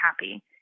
happy